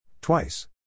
Twice